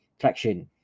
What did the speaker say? traction